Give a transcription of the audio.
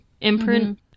imprint